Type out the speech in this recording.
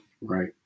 Right